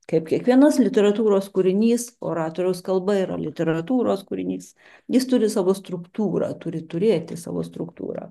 kaip kiekvienas literatūros kūrinys oratoriaus kalba yra literatūros kūrinys jis turi savo struktūrą turi turėti savo struktūrą